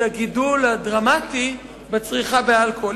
היא הגידול הדרמטי בצריכה של אלכוהול.